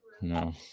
No